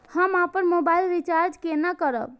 हम अपन mobile recharge केना करब?